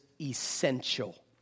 essential